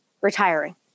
retiring